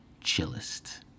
Chillest